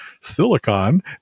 silicon